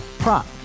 Prop